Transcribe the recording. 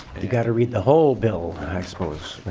you got to read the whole bill i suppose.